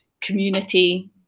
community